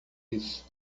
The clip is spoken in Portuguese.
isso